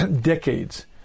decades